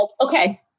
Okay